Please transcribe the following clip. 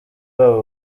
babo